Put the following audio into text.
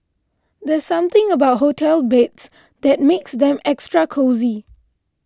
there's something about hotel beds that makes them extra cosy